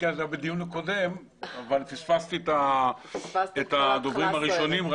בדיון ואמרו לי להמתין ולכן פספסתי את הדוברים הראשונים.